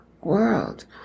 world